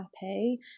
happy